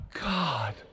God